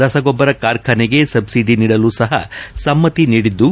ರಸಗೊಬ್ಬರ ಕಾರ್ಖಾನೆಗೆ ಸಬ್ಲಡಿ ನೀಡಲು ಸಪ ಸಮ್ನತಿ ನೀಡಿದ್ದು